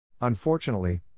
Unfortunately